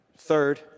Third